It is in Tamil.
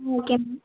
ம் ஓகே மேம்